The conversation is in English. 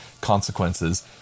consequences